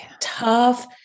tough